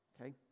Okay